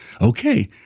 Okay